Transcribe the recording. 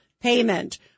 payment